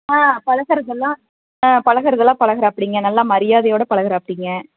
ஆ பழகுறதெல்லாம் ஆ பழகுறதெல்லாம் பழகுறாப்பிடிங்க நல்ல மரியாதையோடு பழகுறாப்பிடிங்க